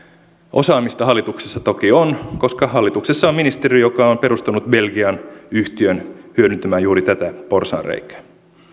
osaamista hallituksessa toki on koska hallituksessa on ministeri joka on perustanut belgiaan yhtiön hyödyntämään juuri tätä porsaanreikää